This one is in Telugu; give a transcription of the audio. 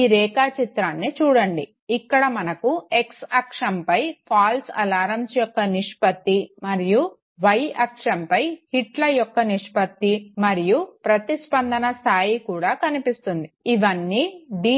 ఈ రేఖాచిత్రాన్ని చూడండి ఇక్కాడ మనకు x అక్షంపై ఫాల్స్ అలర్మ్స్ యొక్క నిష్పత్తి మరియు y అక్షంపై హిట్ల యొక్క నిష్పత్తి మరియు ప్రతిస్పందన స్థాయి కూడా కనిపిస్తుంది ఇవి అన్నీ d'